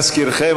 להזכירכם,